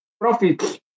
Profits